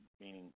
meaning